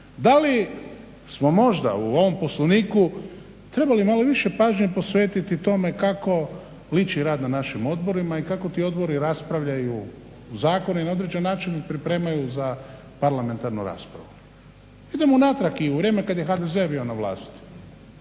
Da li smo možda u ovom Poslovniku trebali malo više pažnje posvetiti tome kako liči rad na našim odborima i kako ti odbori raspravljaju zakone i na određen način ih pripremaju za parlamentarnu raspravu. Idemo unatrag i u vrijeme kad je HDZ bio na vlasti.